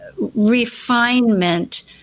refinement